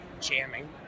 jamming